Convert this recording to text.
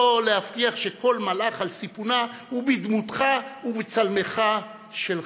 להבטיח שכל מלח על סיפונה הוא בדמותך ובצלמך שלך.